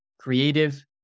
creative